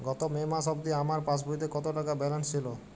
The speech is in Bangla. গত মে মাস অবধি আমার পাসবইতে কত টাকা ব্যালেন্স ছিল?